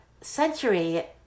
century